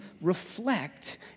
reflect